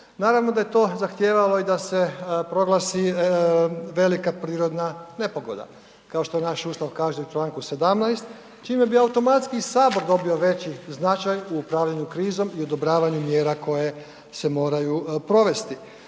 naravno da je to zahtijevalo i da se proglasi velika prirodna nepogoda, kao što naš Ustav kaže u čl. 17. čime bi automatski sabor dobio veći značaj u upravljanju krizom i odobravanju mjera koje se moraju provesti.